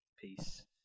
peace